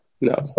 no